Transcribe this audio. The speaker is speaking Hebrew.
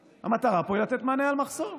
המטרה פה היא לתת מענה על מחסור.